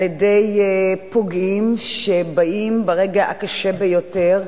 על-ידי פוגעים שבאים ברגע הקשה ביותר,